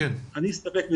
אני אסתפק בכך.